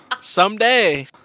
Someday